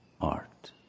art